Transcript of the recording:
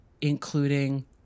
including